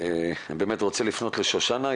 רוצה לפנות לשושנה.